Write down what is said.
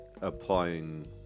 applying